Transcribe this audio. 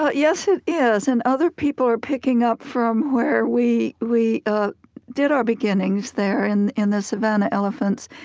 but yes, it is, and other people are picking up from where we we ah did our beginnings there, in in the savannah elephants.